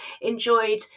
enjoyed